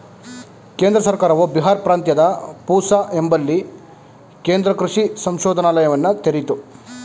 ಕೇಂದ್ರ ಸರ್ಕಾರವು ಬಿಹಾರ್ ಪ್ರಾಂತ್ಯದ ಪೂಸಾ ಎಂಬಲ್ಲಿ ಕೇಂದ್ರ ಕೃಷಿ ಸಂಶೋಧನಾಲಯವನ್ನ ತೆರಿತು